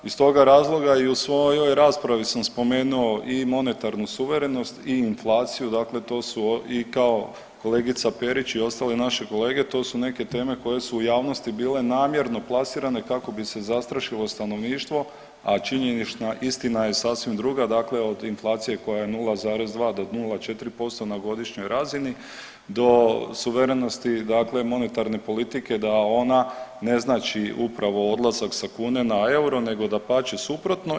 Iz toga razloga i u svojoj raspravi sam spomenuo i monetarnu suverenost i inflaciju, dakle to su i kao kolegica Perić i ostale naše kolege to su neke teme koje su u javnosti bile namjerno plasirane kako bi se zastrašilo stanovništvo a činjenična istina je sasvim druga, dakle od inflacije koja je 0,2 do 0,4 posto na godišnjoj razini do suverenosti dakle monetarne politike da ona ne znači upravo odlazak sa kune na euro nego dapače suprotno.